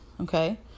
Okay